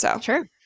Sure